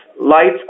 Lights